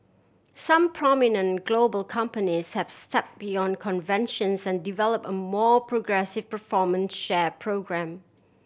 some prominent global companies have stepped beyond conventions and develop a more progressive performance share programme